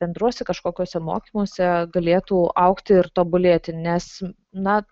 bendruose kažkokiuose mokymuose galėtų augti ir tobulėti nes na